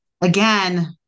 again